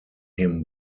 him